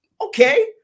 Okay